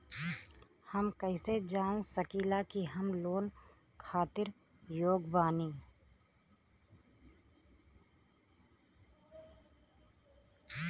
हम कईसे जान सकिला कि हम लोन खातिर योग्य बानी?